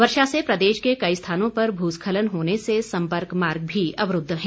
वर्षा से प्रदेश के कई स्थानों पर भूस्खलन होने से संपर्क मार्ग भी अवरूद्व हैं